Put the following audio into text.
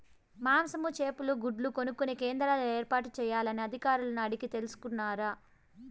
మాంసము, చేపలు, గుడ్లు కొనుక్కొనే కేంద్రాలు ఏర్పాటు చేయాలని అధికారులను అడిగి తెలుసుకున్నారా?